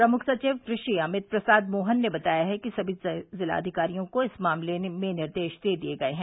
प्रमुख सचिव कृषि अमित प्रसाद मोहन ने बताया है कि सभी जिलाधिकारियों को इस मामले में निर्देश दे दिये गये हैं